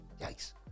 yikes